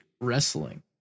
Wrestling